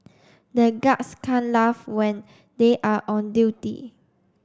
the guards can't laugh when they are on duty